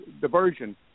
diversion